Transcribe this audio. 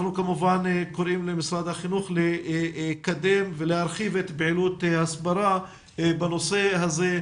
אנחנו כמובן קוראים למשרד החינוך לקדם ולהרחיב פעילות הסברה בנושא הזה,